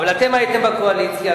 אבל אתם הייתם בקואליציה,